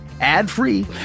ad-free